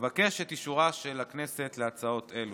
אבקש את אישורה של הכנסת להצעות אלו.